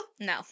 No